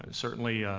ah certainly,